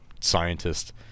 scientist